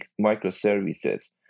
microservices